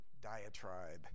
diatribe